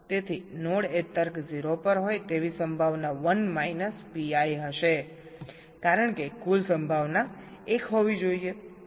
તેથી નોડએ તર્ક 0 પર હોય તેવી સંભાવના 1 માઇનસ Pi હશે કારણ કે કુલ સંભાવના 1 હોવી જોઈએ